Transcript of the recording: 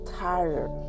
tired